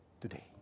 today